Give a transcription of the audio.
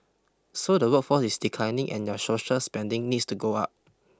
so the workforce is declining and your social spending needs to go up